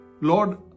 Lord